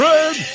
Red